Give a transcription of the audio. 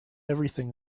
everything